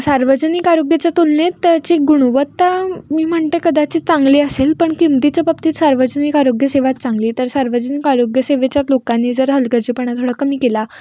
सार्वजनिक आरोग्याच्या तुलनेत त्याची गुणवत्ता मी म्हणते कदाचित चांगली असेल पण किंमतीच्या बाबतीत सार्वजनिक आरोग्यसेवाच चांगली तर सार्वजनिक आरोग्यसेवेच्या लोकांनी जर हलगर्जीपणा थोडा कमी केला